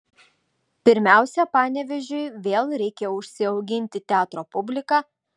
pirmiausia panevėžiui vėl reikia užsiauginti teatro publiką